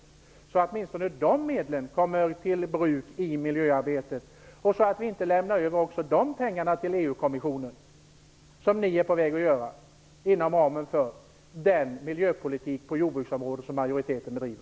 Då skulle åtminstone de medlen komma till bruk i miljöarbetet så att inte också dessa pengar överlämnades till EU-kommissionen, vilket ni är på väg att göra inom ramen för den miljöpolitik på jordbruksområdet som majoriteten driver.